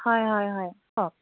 হয় হয় হয় কওক